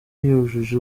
yujuje